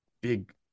big